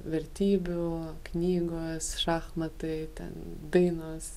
vertybių knygos šachmatai ten dainos